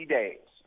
days